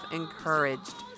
encouraged